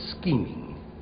scheming